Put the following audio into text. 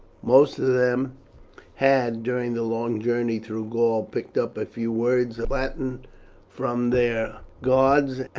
most of them had, during the long journey through gaul, picked up a few words of latin from their guards,